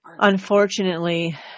unfortunately